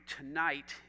tonight